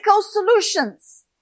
solutions